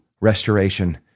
restoration